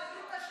נתקבלו.